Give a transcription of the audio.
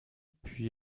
puis